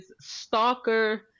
stalker